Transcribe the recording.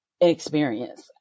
experience